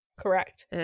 correct